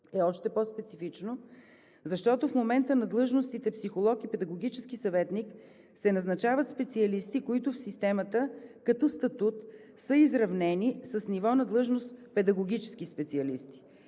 е още по-специфично, защото в момента на длъжностите „психолог“ и „педагогически съветник“ се назначават специалисти, които в системата като статут са изравнени с ниво на длъжност „педагогически специалисти“,